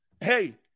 Hey